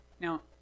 Now